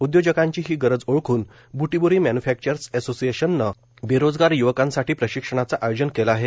उद्योजकांची ही गरज ओळखून बूटीबोरी मॅन्यूफॅक्चर्स असोशिएशननं बेरोजगार य्वकांसाठी प्रशिक्षणाचं आयोजन केलं आहे